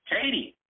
Katie